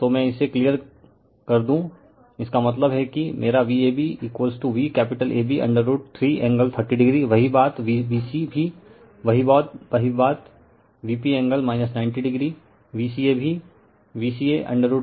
तो में इसे क्लियर दूँ इसका मतलब हैं कि मेरा VabV capital AB√3 angle 30o वही बात Vbc भी वही बातVpएंगल 90oVca भी Vca√3 Vp एंगल 210o